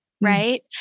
right